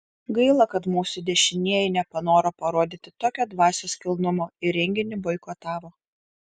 gaila kad mūsų dešinieji nepanoro parodyti tokio dvasios kilnumo ir renginį boikotavo